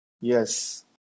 Yes